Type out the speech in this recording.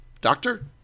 Doctor